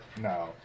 no